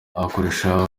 akoresha